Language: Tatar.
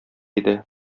иде